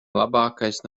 labākais